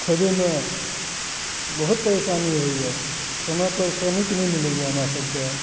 खोजैमे बहुत परेशानी होइए समय पर श्रमिक नहि मिलैए हमरा सबकेँ